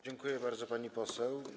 Dziękuję bardzo, pani poseł.